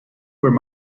where